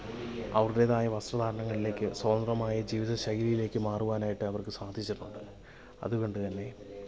അവരുടേതായ വസ്ത്രധാരണങ്ങളിലേക്ക് സ്വതന്ത്രമായി ജീവിത ശൈലിയിലേക്ക് മാറുവാനായിട്ട് അവര്ക്ക് സാധിച്ചിട്ടുണ്ട് അത് കൊണ്ട് തന്നെ